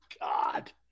God